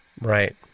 Right